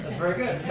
very good.